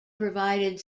provided